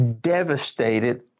devastated